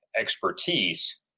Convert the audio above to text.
expertise